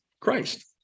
Christ